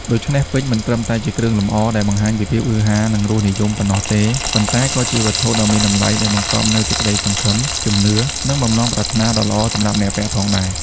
ដូច្នេះ ពេជ្រមិនត្រឹមតែជាគ្រឿងលម្អដែលបង្ហាញពីភាពហ៊ឺហា និងរសនិយមប៉ុណ្ណោះទេ ប៉ុន្តែក៏ជាវត្ថុដ៏មានតម្លៃដែលបង្កប់នូវសេចក្ដីសង្ឃឹម ជំនឿ និងបំណងប្រាថ្នាដ៏ល្អសម្រាប់អ្នកពាក់ផងដែរ។